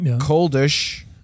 coldish